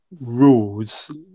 rules